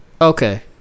Okay